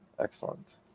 excellent